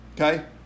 Okay